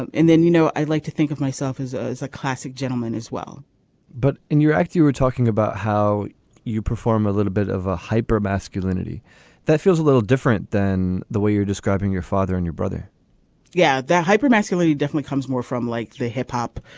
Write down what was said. and and then you know i like to think of myself as as a classic gentleman as well but in your act you were talking about how you perform a little bit of a hyper masculinity that feels a little different than the way you're describing your father and your brother yeah. that hyper masculinity definitely comes more from like the hip hop